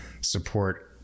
support